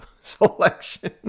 selection